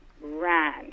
ran